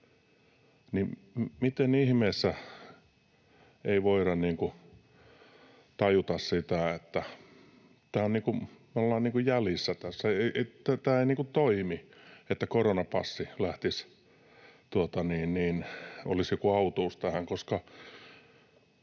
Miten ihmeessä ei voida tajuta sitä, että me ollaan tässä jäljessä? Tämä ei toimi, että koronapassi olisi joku autuus tähän,